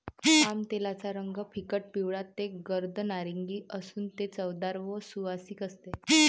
पामतेलाचा रंग फिकट पिवळा ते गर्द नारिंगी असून ते चवदार व सुवासिक असते